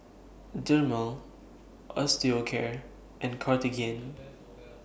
Dermale Osteocare and Cartigain